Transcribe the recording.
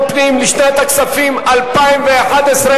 חברת הכנסת אורית זוארץ,